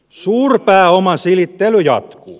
suurpääoman silittely jatkuu